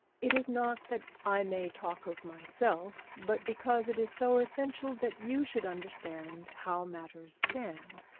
it is not that i may talk of myself, but because it is so essential that you should understand how matters stand.